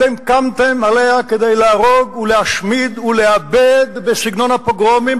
אתם קמתם עליה כדי להרוג ולהשמיד ולאבד בסגנון הפוגרומים,